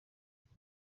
kuva